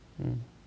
mm